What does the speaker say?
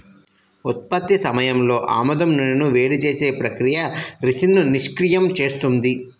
ఉత్పత్తి సమయంలో ఆముదం నూనెను వేడి చేసే ప్రక్రియ రిసిన్ను నిష్క్రియం చేస్తుంది